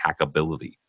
hackability